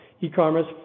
e-commerce